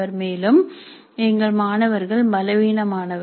மேலும் எங்கள் மாணவர்கள் பலவீனமானவர்கள்